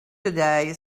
today